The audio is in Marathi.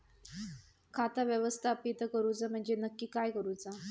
खाता व्यवस्थापित करूचा म्हणजे नक्की काय करूचा?